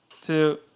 two